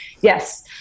Yes